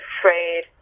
afraid